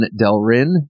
Delrin